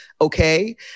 okay